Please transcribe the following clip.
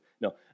No